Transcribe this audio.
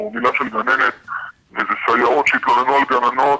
או מילה של גננת וסייעות שהתלוננו על גננות,